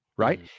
Right